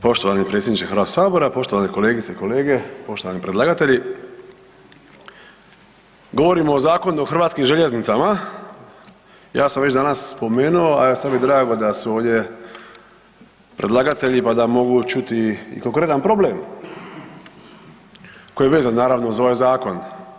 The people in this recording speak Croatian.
Poštovani predsjedniče Hrvatskog sabora, poštovane kolegice i kolege, poštovani predlagatelji, govorimo o Zakonu o hrvatskim željeznicama, ja sam već danas spomenu, a sad mi drago da su ovdje predlagatelji pa da mogu ćuti i konkretan problem koji je vezan naravno za ovaj zakon.